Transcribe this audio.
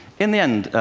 in the end,